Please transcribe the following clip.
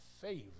favor